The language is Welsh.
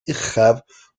uchaf